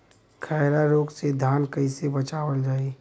खैरा रोग से धान कईसे बचावल जाई?